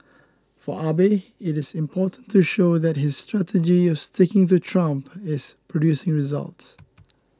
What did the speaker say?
for Abe it is important to show that his strategy of sticking to Trump is producing results